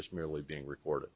just merely being recorded